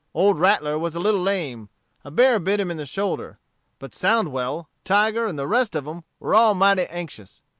old rattler was a little lame a bear bit him in the shoulder but soundwell, tiger, and the rest of em were all mighty anxious.